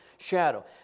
shadow